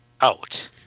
out